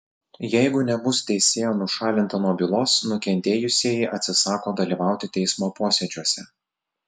jeigu nebus teisėja nušalinta nuo bylos nukentėjusieji atsisako dalyvauti teismo posėdžiuose